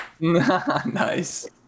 Nice